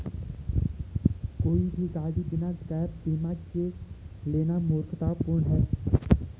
कोई भी गाड़ी बिना गैप बीमा के लेना मूर्खतापूर्ण है